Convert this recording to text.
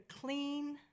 clean